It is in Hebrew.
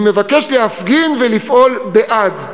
אני מבקש להפגין ולפעול בעד.